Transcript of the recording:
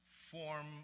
form